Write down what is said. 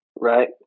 Right